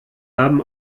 haben